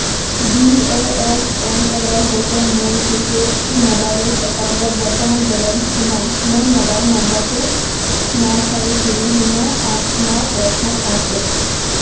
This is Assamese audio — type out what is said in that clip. বি এছ এন এলৰ সৈতে মোৰ প্ৰিপেইড মোবাইল একাউণ্টত বৰ্তমানৰ বেলেন্স কিমান মোৰ মোবাইল নম্বৰটো ন চাৰি তিনি শূন্য পাঁচ ন এক সাত পাঁচ এক